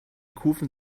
kufen